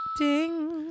Ding